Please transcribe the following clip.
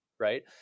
Right